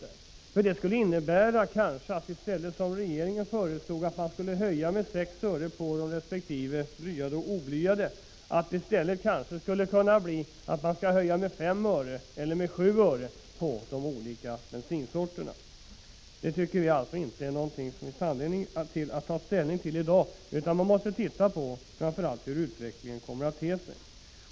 Det skulle kanske innebära att man i stället för att höja priset med 6 öre, som regeringen föreslår, på blyfri resp. blyhaltig bensin skulle få höja det med 5 eller 7 öre per liter. Vi tycker alltså inte att det finns anledning att ta ställning till detta i dag. Vi måste framför allt se hur utvecklingen kommer att te sig.